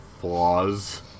flaws